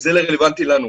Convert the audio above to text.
וזה רלבנטי לנו.